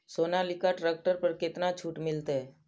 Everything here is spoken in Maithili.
सोनालिका ट्रैक्टर पर केतना छूट मिलते?